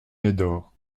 médor